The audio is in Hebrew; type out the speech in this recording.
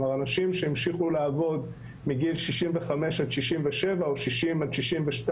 כלומר אנשים שהמשיכו לעבוד מגיל 65 עד 67 או 60 עד 62,